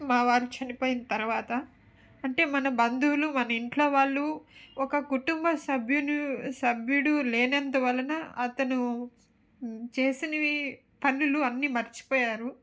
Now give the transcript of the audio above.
మా వారు చనిపోయిన తరువాత అంటే మన బంధువులు మన ఇంట్లో వాళ్ళు ఒక కుటుంభ సభ్యులు సభ్యుడు లేనందు వలన అతను చేసినవి పనులు అన్నీ మర్చిపోయారు